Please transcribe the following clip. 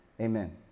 Amen